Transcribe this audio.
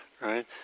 right